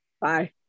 Bye